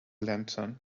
lantern